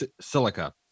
silica